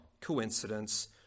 coincidence